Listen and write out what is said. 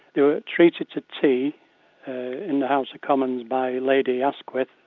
they were treated to tea in the house of commons by lady asquith,